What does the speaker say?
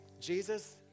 Jesus